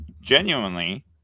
genuinely